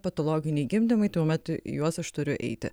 patologiniai gimdymai tuomet į juos aš turiu eiti